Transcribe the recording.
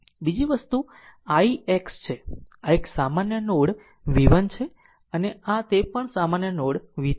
બીજી વસ્તુ આઈએક્સ છે આ એક સામાન્ય નોડ v 1 છે અને આ તે પણ સામાન્ય નોડ v 3 છે